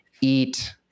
eat